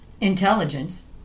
Intelligence